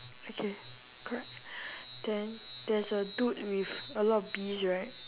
okay correct then there's a dude with a lot of bees right